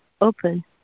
open